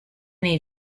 nei